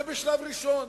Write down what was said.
זה בשלב ראשון,